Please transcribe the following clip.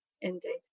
indeed